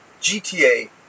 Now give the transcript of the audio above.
GTA